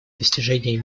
достижения